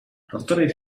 дотор